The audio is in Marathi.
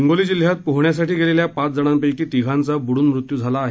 हिंगोली जिल्ह्यात पोहण्यासाठी गेलेल्या पाच जणांपैकी तिघांचा बुडून मृत्यू झाला आहे